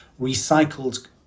recycled